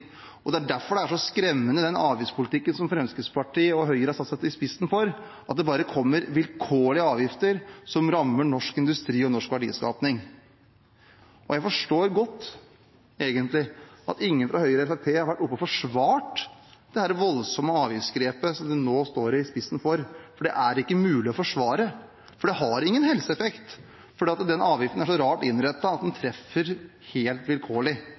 industriutvikling. Det er derfor den er så skremmende, den avgiftspolitikken som Fremskrittspartiet og Høyre har stått i spissen for, at det bare kommer vilkårlige avgifter som rammer norsk industri og norsk verdiskaping. Jeg forstår egentlig godt at ingen fra Høyre eller Fremskrittspartiet har vært oppe og forsvart dette voldsomme avgiftsgrepet som de nå står i spissen for, for det er ikke mulig å forsvare. Det har ingen helseeffekt fordi den avgiften er så rart innrettet at den treffer helt vilkårlig.